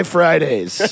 Fridays